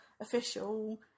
official